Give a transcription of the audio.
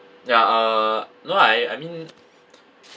ya uh no lah I I mean